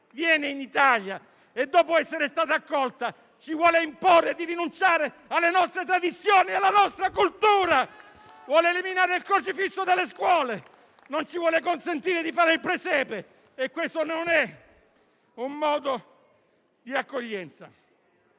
viene in Italia e, dopo essere stata accolta, ci vuole imporre di rinunciare alle nostre tradizioni e alla nostra cultura! Vuole eliminare il crocifisso dalle scuole, non ci vuole consentire di fare il presepe e questo non è un modo di fare accoglienza.